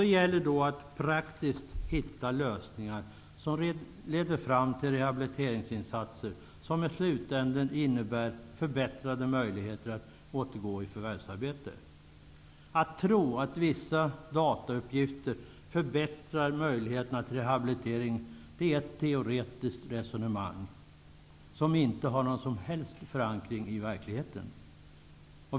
Det gäller att hitta praktiska lösningar som leder fram till rehabiliteringsinsatser som i slutändan innebär förbättrade möjligheter för den sjukskrivne att återgå i förvärvsarbete. Att tro att vissa datauppgifter förbättrar möjligheterna till rehabilitering bygger på ett teoretiskt resonemang som inte har någon som helst förankring i verkligheten.